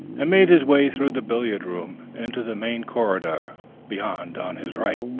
and made his way through the billiard-room into the main corridor beyond. on his right,